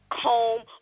comb